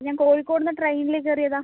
ഞാൻ കോഴിക്കോടു നിന്ന് ട്രയിനിൽ കയറിയതാണ്